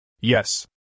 Yes